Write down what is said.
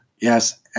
yes